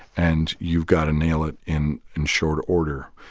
and you've got to nail it in in short order.